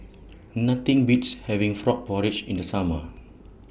Nothing Beats having Frog Porridge in The Summer